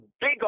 big